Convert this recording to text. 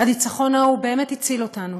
הניצחון ההוא באמת הציל אותנו.